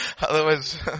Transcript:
otherwise